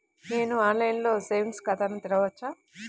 నేను ఆన్లైన్లో సేవింగ్స్ ఖాతాను తెరవవచ్చా?